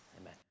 Amen